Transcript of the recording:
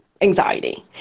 anxiety